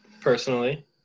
personally